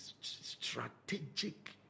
strategic